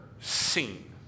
seen